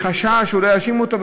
מחשש שאולי יאשימו אותו,